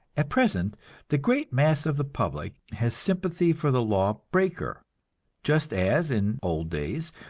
at present the great mass of the public has sympathy for the law-breaker just as, in old days,